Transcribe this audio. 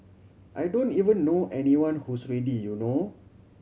I don't even know anyone who's ready you know